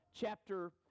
chapter